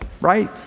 right